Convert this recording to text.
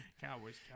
Cowboys